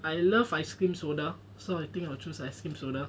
I love ice cream soda so I think I will choose ice cream soda